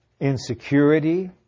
insecurity